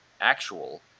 actual